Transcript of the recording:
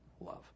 love